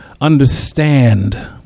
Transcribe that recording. understand